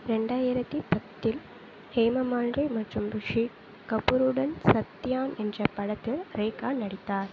ரெண்டாயிரத்தி பத்தில் ஹேமமாலினி மற்றும் ரிஷி கபூருடன் சத்தியான் என்ற படத்தில் ரேகா நடித்தார்